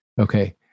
Okay